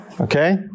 Okay